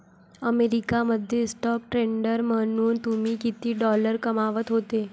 America मध्ये stock trader म्हणून तुम्ही किती डॉलर्स कमावत होते